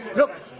look